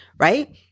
Right